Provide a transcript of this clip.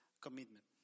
commitment